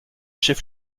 chef